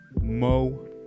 Mo